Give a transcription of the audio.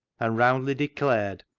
and roundly declared,